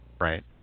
Right